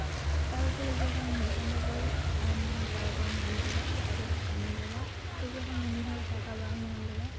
ᱛᱟᱨᱯᱚᱨᱮ ᱡᱚᱠᱷᱚᱱ ᱢᱤᱫ ᱪᱟᱫᱚ ᱯᱚᱨ ᱟᱭᱢᱟ ᱦᱚᱲ ᱴᱟᱠᱟ ᱠᱚ ᱧᱟᱢ ᱠᱮᱫᱟ ᱡᱟᱦᱟᱸᱭ ᱠᱚᱠᱚ ᱠᱟᱹᱢᱤ ᱞᱮᱫᱟ ᱟᱫᱚ ᱡᱚᱠᱚᱱ ᱩᱱᱤ ᱦᱚᱲ ᱴᱟᱠᱟ ᱵᱟᱭ ᱧᱟᱢ ᱞᱮᱫᱟ